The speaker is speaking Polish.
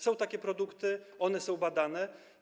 Są takie produkty, one są badane.